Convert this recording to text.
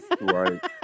right